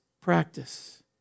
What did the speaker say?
practice